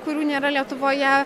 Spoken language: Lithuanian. kurių nėra lietuvoje